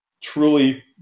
truly